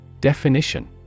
Definition